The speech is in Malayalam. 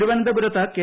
സി തിരുവനന്തപുരത്ത് കെ